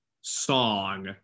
song